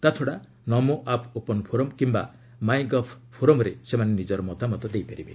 ତା'ଛଡ଼ା 'Namo app open forum' କିୟା 'MyGov ଫୋରମ'ରେ ସେମାନେ ନିଜର ମତାମତ ଦେଇପାରିବେ